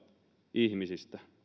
ihmisistä